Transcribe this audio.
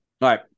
right